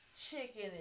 chicken